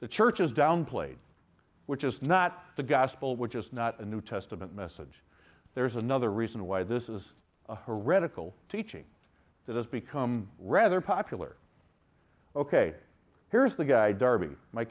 the church is downplayed which is not the gospel which is not a new testament message there is another reason why this is a heretical teaching that has become rather popular ok here's the guy darby my